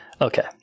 Okay